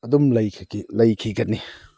ꯑꯗꯨꯝ ꯂꯩꯈꯤꯒꯅꯤ